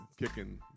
kicking